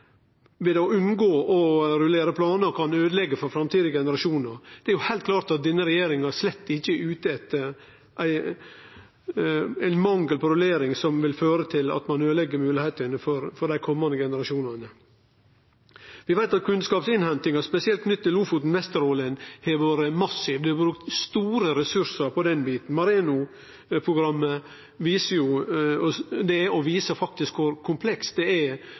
ved å unngå å rullere planar kan øydeleggje for framtidige generasjonar. Det er heilt klart at denne regjeringa slett ikkje er ute etter ein mangel på rullering som vil føre til at ein øydelegg moglegheitene for dei komande generasjonane. Vi veit at kunnskapsinnhentinga, spesielt knytt til Lofoten og Vesterålen, har vore massiv, det har vore brukt store ressursar på den biten. MAREANO-programmet viser kor komplekst havet – og alle økosystema som ligg i havet – faktisk er.